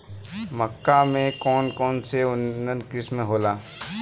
मक्का के कौन कौनसे उन्नत किस्म होला?